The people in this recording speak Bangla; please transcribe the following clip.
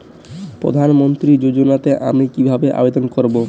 প্রধান মন্ত্রী যোজনাতে আমি কিভাবে আবেদন করবো?